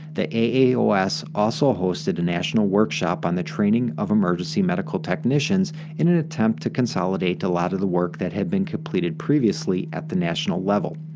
the aaos also hosted a national workshop on the training of emergency medical technicians in an attempt to consolidate a lot of the work that had been completed previously at the national level.